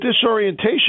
disorientation